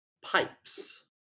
pipes